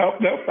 nope